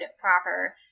proper